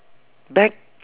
back